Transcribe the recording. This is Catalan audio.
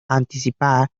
anticipar